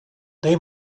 they